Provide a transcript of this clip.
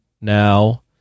now